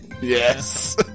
Yes